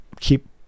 keep